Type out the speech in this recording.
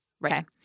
Right